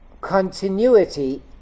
continuity